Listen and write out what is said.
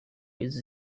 with